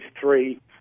three